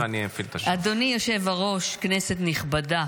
אדוני היושב-ראש, כנסת נכבדה,